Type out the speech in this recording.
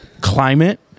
climate